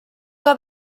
que